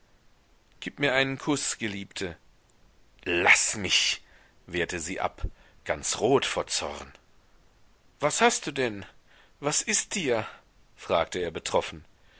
gib mir einen kuß geliebte laß mich wehrte sie ab ganz rot vor zorn was hast du denn was ist dir fragte er betroffen